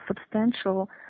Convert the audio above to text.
substantial